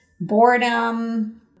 boredom